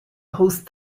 host